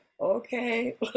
okay